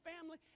family